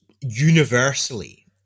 universally